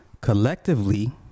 collectively